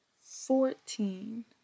fourteen